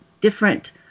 different